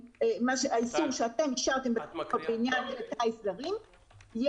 לאיסור שאתם אישרתם בחוק לעניין כלי טיס זרים,